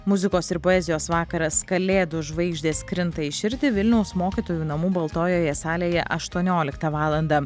muzikos ir poezijos vakaras kalėdų žvaigždės krinta į širdį vilniaus mokytojų namų baltojoje salėje aštuonioliktą valandą